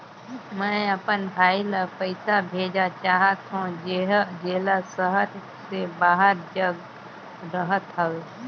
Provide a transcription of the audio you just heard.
मैं अपन भाई ल पइसा भेजा चाहत हों, जेला शहर से बाहर जग रहत हवे